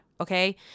okay